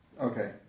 Okay